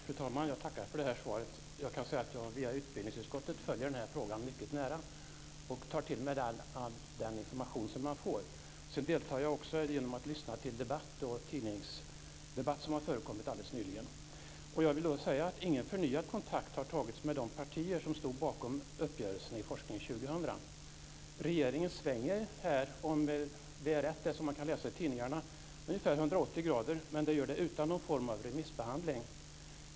Fru talman! Jag tackar för det här svaret. Jag kan säga att jag via utbildningsutskottet följer den här frågan mycket nära och där tar till mig all den information som vi får. Jag deltar också genom att lyssna till debatter och följa den tidningsdebatt som har förekommit nyligen. Jag vill säga att ingen förnyad kontakt har tagits med de partier som stod bakom uppgörelserna i Forskning 2000. Regeringen svänger här, om det som man kan läsa i tidningarna är riktigt, ungefär 180 grader, men utan någon form av remissbehandling.